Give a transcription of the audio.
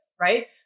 right